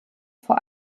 vor